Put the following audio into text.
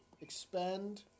expand